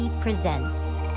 presents